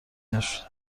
نشد